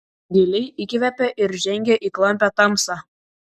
giliai įkvepia ir žengia į klampią tamsą